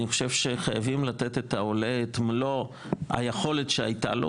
אני חושב שחייבים לתת לעולה את מלוא היכולת שהיתה לו,